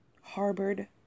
harbored